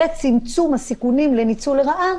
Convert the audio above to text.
וצמצום הסיכונים לניצול לרעה,